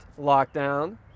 lockdown